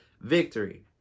victory